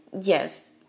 Yes